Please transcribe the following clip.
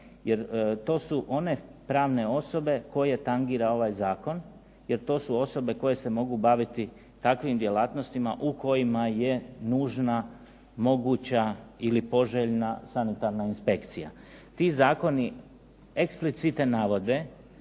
jer to su pravne osobe koje tangira ovaj zakon jer to su osobe koje se mogu baviti takvim djelatnostima u kojima je nužna ili poželjna sanitarna inspekcija. Ti zakoni eksplicite navode